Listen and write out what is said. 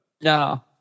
No